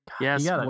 Yes